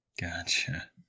Gotcha